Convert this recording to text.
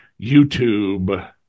YouTube